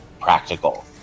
practical